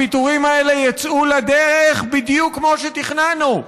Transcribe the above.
הפיטורים האלה יצאו לדרך בדיוק כמו שתכננו.